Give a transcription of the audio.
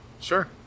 Sure